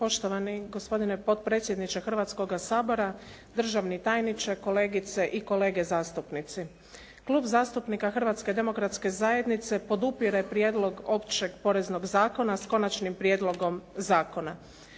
Poštovani gospodine potpredsjedniče Hrvatskoga sabora, državni tajniče, kolegice i kolege zastupnici. Klub zastupnika Hrvatske demokratske zajednice podupire prijedlog općeg poreznog zakona sa konačnim prijedlogom zakona.